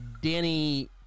Danny